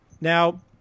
Now